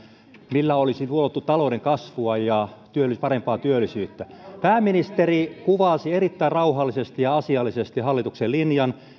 millä olisi luotu talouden kasvua ja parempaa työllisyyttä pääministeri kuvasi erittäin rauhallisesti ja asiallisesti hallituksen linjan